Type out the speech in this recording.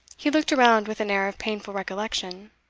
he looked around with an air of painful recollection.